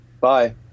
bye